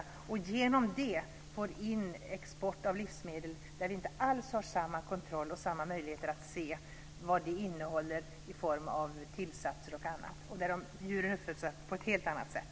I så fall får vi i stället in en import av livsmedel som vi inte alls har samma kontroll över och möjlighet att se vad de innehåller i form av tillsatser och annat. De djur som det gäller uppföds på ett helt annat sätt.